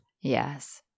Yes